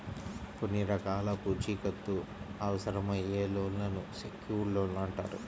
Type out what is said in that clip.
కొన్ని రకాల పూచీకత్తు అవసరమయ్యే లోన్లను సెక్యూర్డ్ లోన్లు అంటారు